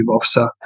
officer